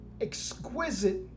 exquisite